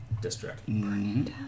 district